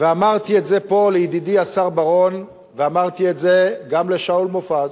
ואמרתי את זה פה לידידי השר בר-און ואמרתי את זה גם לשאול מופז,